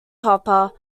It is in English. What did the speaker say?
hopper